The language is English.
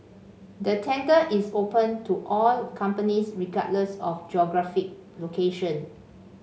the tender is open to all companies regardless of geographic location